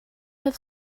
have